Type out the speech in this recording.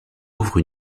ouvre